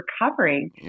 recovering